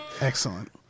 Excellent